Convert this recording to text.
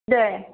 दे